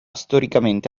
storicamente